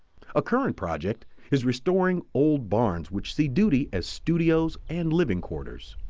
a current project is restoring old barns which see duty as studios and living quarters.